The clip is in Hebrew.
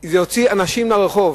זה יוציא אנשים לרחוב.